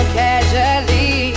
casually